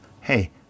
hey